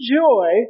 joy